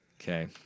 Okay